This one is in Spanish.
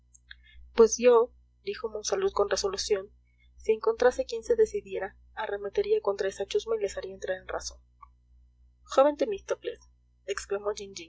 pues yo dijo monsalud con resolución si encontrase quien se decidiera arremetería contra esa chusma y les haría entrar en razón joven temístocles exclamó